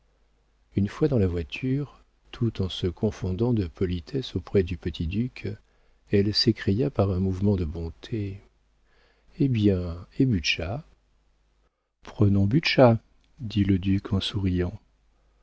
une fois dans la voiture tout en se confondant de politesse auprès du petit duc elle s'écria par un mouvement de bonté eh bien et butscha prenons butscha dit le duc en souriant